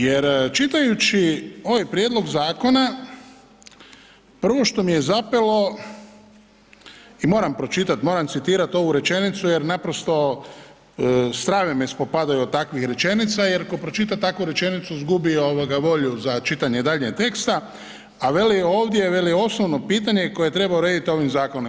Jer čitajući ovaj prijedlog zakona prvo što mi je zapelo i moram pročitat, moram citirat ovu rečenicu jer naprosto strave me spopadaju od takvih rečenica jer ko pročita takvu rečenicu zgubi ovoga volju za čitanje daljnjeg teksta, a veli ovdje, veli osnovno pitanje koje treba uredit ovim zakonima.